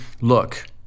look